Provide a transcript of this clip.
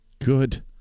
good